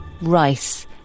Rice